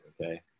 okay